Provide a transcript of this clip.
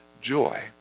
joy